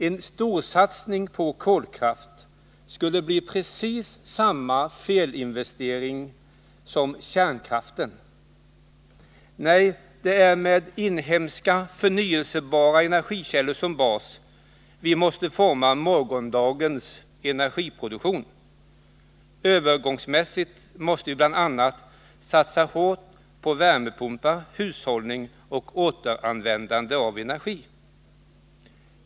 En storsatsning på kolkraft skulle bli precis samma felinvestering som kärnkraften; det är med inhemska förnyelsebara energikällor som bas som vi måste forma morgondagens energiproduktion. Övergångsmässigt måste vi bl.a. satsa hårt på värmepumpar, hushållning och återanvändande av energi.